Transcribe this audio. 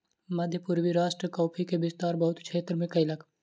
मध्य पूर्वी राष्ट्र कॉफ़ी के विस्तार बहुत क्षेत्र में कयलक